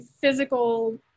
physical